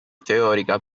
teorica